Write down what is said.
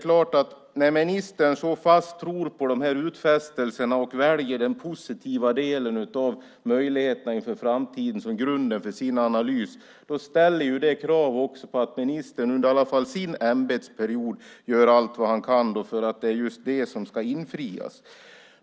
När ministern så fast tror på de här utfästelserna och väljer den positiva delen av möjligheterna inför framtiden som grunden för sin analys ställer det också krav på att ministern under sin ämbetsperiod gör allt vad han kan för att just det ska infrias.